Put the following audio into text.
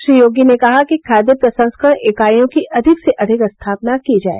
श्री योगी ने कहा कि खाद्य प्रसंस्करण इकाईयों की अधिक से अधिक स्थापना की जाय